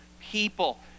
people